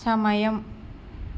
సమయం